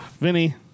Vinny